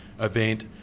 event